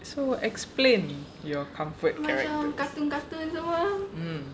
so explain your comfort characters um